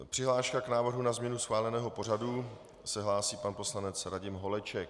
Přihláška k návrhu na změnu schváleného pořadu hlásí se pan poslanec Radim Holeček.